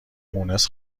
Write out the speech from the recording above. مونس